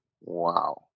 Wow